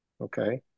Okay